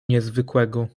niezwykłego